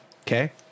okay